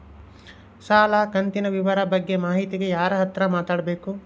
ಸಾಲ ಕಂತಿನ ವಿವರ ಬಗ್ಗೆ ಮಾಹಿತಿಗೆ ಯಾರ ಹತ್ರ ಮಾತಾಡಬೇಕು?